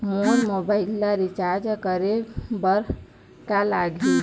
मोर mobile ला recharge करे बर का लगही?